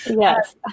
Yes